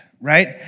right